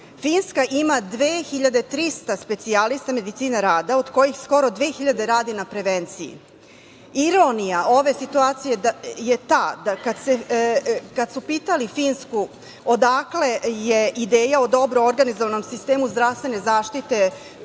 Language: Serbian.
Finska ima 2.300 specijalista medicine rada, od kojih skoro 2.000 radi na prevenciji. Ironija ove situacije je ta da kad su pitali Finsku odakle je ideja o dobro organizovanom sistemu zdravstvene zaštite